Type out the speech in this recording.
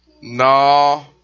No